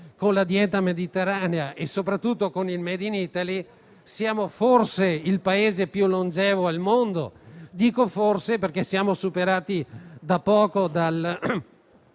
con la dieta mediterranea e soprattutto con il *made in Italy*, siamo forse il Paese più longevo al mondo; dico forse perché siamo superati di poco dal